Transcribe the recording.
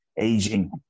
Aging